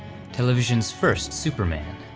televisions first superman.